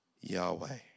Yahweh